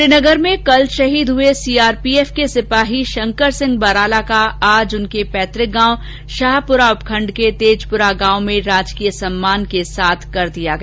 श्रीनगर में कल शहीद हुए सीआरपीएफ के सिपाही शंकर सिंह बराला का आज उनके पैतृक गांव शाहपुरा उपखंड के तेजपुरा गांव में राजकीय सम्मान के साथ अंतिम संस्कार कर दिया गया